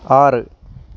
ആറ്